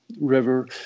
River